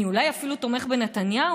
אני אולי אפילו תומך בנתניהו,